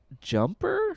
Jumper